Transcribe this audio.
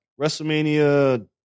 WrestleMania